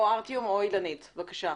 בבקשה,